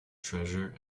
treasure